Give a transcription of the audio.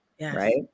right